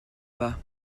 bas